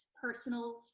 personal